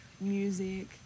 music